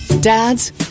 Dads